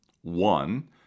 One